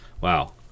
Wow